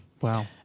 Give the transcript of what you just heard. Wow